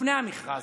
לפני המכרז.